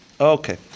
Okay